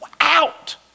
out